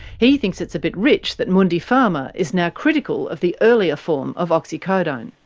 he thinks it's a bit rich that mundipharma is now critical of the earlier form of oxycodone.